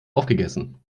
aufgegessen